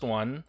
one